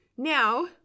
Now